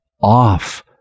off